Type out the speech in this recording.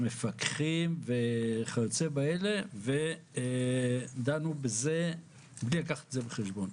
ומפקחים וכיוצא באלה ודנו בזה בלי לקחת את זה בחשבון.